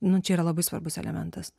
nu čia yra labai svarbus elementas